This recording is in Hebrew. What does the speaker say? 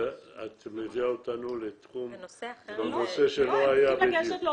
את מביאה אותנו פה לתחום ולנושא שהוא לא בדיון.